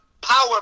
power